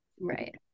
right